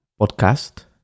podcast